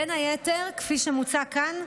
בין היתר כפי שמוצע כאן,